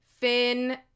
Finn